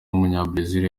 w’umunyabrazil